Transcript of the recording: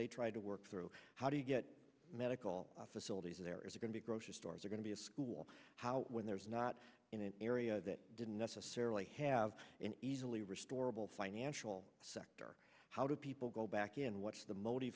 they tried to work through how do you get medical facilities there is going to grocery stores are going to be a school how when there's not in an area that didn't necessarily have an easily restorable financial sector how do people go back and what's the motive